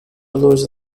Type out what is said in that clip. lose